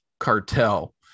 cartel